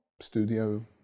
studio